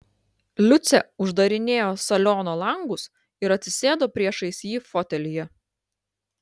liucė uždarinėjo saliono langus ir atsisėdo priešais jį fotelyje